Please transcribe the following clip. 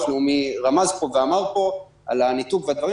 לאומי רמז פה ואמר על הניתוק וכו'.